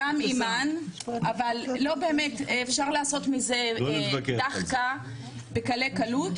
אבל לא באמת אפשר לעשות מזה דאחקה בקלי קלות.